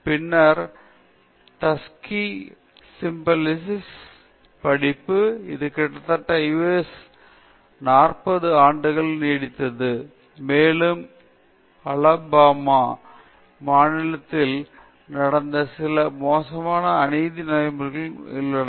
பின்னர் Tuskegee syphilis படிப்பு இது கிட்டத்தட்ட US இல் நாற்பது ஆண்டுகள் நீடித்தது மேலும் இது அலபாமா மாநிலத்தில் நடந்த சில மோசமான அநீதி நடைமுறைகளையும் அம்பலப்படுத்தியது